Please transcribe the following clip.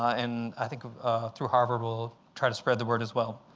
and i think through harvard, we'll try to spread the word as well.